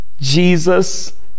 Jesus